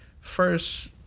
first